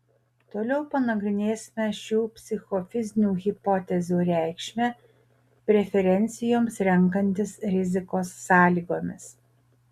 toliau panagrinėsime šių psichofizinių hipotezių reikšmę preferencijoms renkantis rizikos sąlygomis